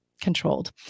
controlled